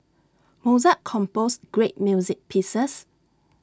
Mozart composed great music pieces